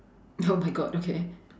oh my god okay